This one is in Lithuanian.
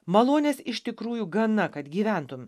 malonės iš tikrųjų gana kad gyventum